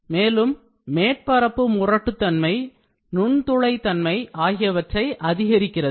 மேலும் மேற்பரப்பு முரட்டுத்தன்மை நுண்துளை தன்மை ஆகியவற்றை அதிகரிக்கிறது